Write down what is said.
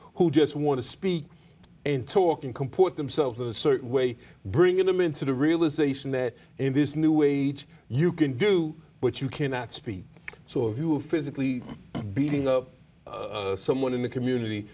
who just want to speak and talking comport themselves in a certain way bringing them into the realization that in this new wage you can do what you can not speak so who physically beating of someone in the community